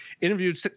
interviewed